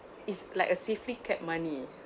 it's like a safely kept money